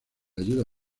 ayuda